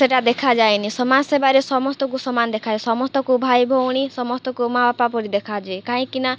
ସେଇଟା ଦେଖାଯାଏନି ସମାଜ୍ ସେବାରେ ସମସ୍ତଙ୍କୁ ସମାନ୍ ଦେଖାଏ ସମସ୍ତଙ୍କୁ ଭାଇ ଭଉଣୀ ସମସ୍ତଙ୍କୁ ମାଆ ବାପା ପରି ଦେଖାଯାଏ କାହିଁକିନା